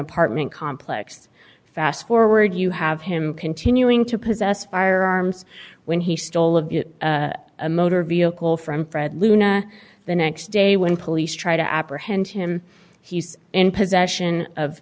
apartment complex fast forward you have him continuing to possess firearms when he stole of a motor vehicle from fred luna the next day when police try to apprehend him he's in possession of